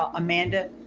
ah amanda.